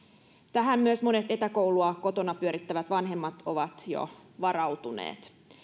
tähän myös monet etäkoulua kotona pyörittävät vanhemmat ovat jo varautuneet